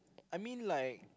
I mean like